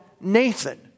Nathan